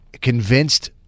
convinced